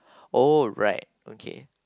alright okay